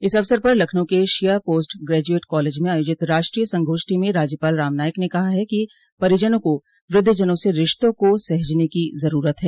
इस अवसर पर लखनऊ के शिया पोस्ट ग्रेजुएट कालेज में आयोजित राष्ट्रीय संगोष्ठी में राज्यपाल राम नाईक ने कहा कि परिजनों को वृद्धजनों से रिश्तों को सहजने की जरूरत है